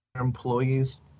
employees